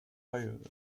heil